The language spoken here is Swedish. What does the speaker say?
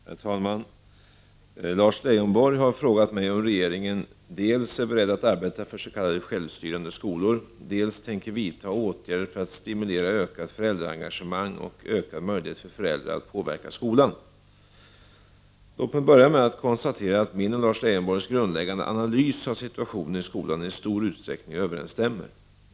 Herr talman! Lars Leijonborg har frågat mig om regeringen dels är beredd att arbeta för s.k. självstyrande skolor, dels tänker vidta åtgärder för att stimulera ökat föräldraengagemang och ökad möjlighet för föräldrar att påverka skolan. Låt mig börja med att konstatera att min och Lars Leijonborgs grundläggande analys av situationen i skolan i stor utsträckning överensstämmer.